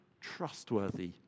trustworthy